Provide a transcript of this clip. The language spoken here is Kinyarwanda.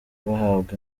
bahabwa